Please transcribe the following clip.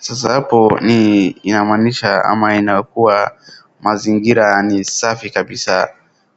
Sasa hapo ni inamaanisha ama inakuwa mazingira ni safi kabisa